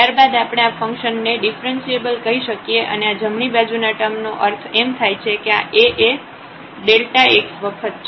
ત્યારબાદ આપણે આ ફંકશન ને ડિફ્રન્સિએબલ કહી શકીએ અને આ જમણી બાજુના ટર્મનો અર્થ એમ થાય છે કે આ A એ x વખત છે